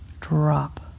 drop